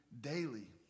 daily